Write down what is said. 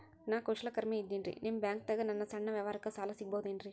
ನಾ ಕುಶಲಕರ್ಮಿ ಇದ್ದೇನ್ರಿ ನಿಮ್ಮ ಬ್ಯಾಂಕ್ ದಾಗ ನನ್ನ ಸಣ್ಣ ವ್ಯವಹಾರಕ್ಕ ಸಾಲ ಸಿಗಬಹುದೇನ್ರಿ?